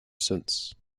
since